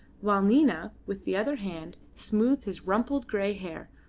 while nina with the other hand smoothed his rumpled grey hair,